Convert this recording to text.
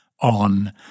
on